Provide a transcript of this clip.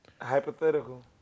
Hypothetical